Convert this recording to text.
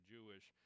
Jewish